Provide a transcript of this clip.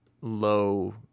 low